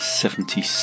seventy